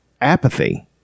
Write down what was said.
apathy